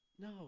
No